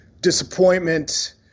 disappointment